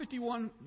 51